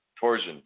torsion